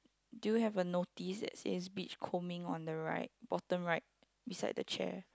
do you have a notice that say beachcombing on the right bottom right beside the chair